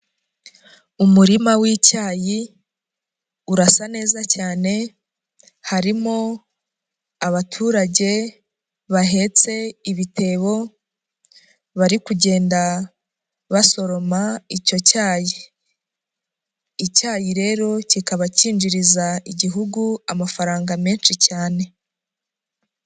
Umurima w'icyayi urasa neza cyane harimo abaturage bahetse ibitebo, bari kugenda basoroma icyo cyayi. Icyayi rero kikaba cyinjiriza igihugu amafaranga menshi cyane.